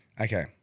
Okay